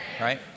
right